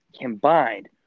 combined